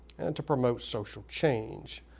and to promote social change.